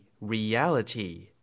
reality